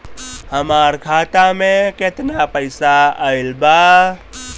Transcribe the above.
हमार खाता मे केतना पईसा आइल बा?